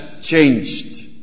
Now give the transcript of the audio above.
changed